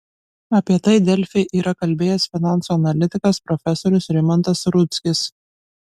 apie tai delfi yra kalbėjęs finansų analitikas profesorius rimantas rudzkis